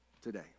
today